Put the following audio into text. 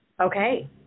okay